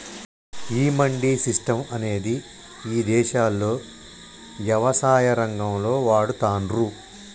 ఈ మండీ సిస్టం అనేది ఇదేశాల్లో యవసాయ రంగంలో వాడతాన్రు